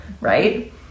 Right